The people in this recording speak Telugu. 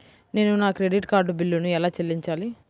నేను నా క్రెడిట్ కార్డ్ బిల్లును ఎలా చెల్లించాలీ?